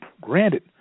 granted